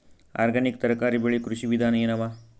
Organic ತರಕಾರಿ ಬೆಳಿ ಕೃಷಿ ವಿಧಾನ ಎನವ?